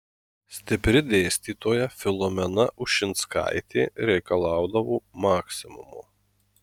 stipri dėstytoja filomena ušinskaitė reikalaudavo maksimumo